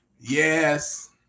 Yes